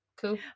cool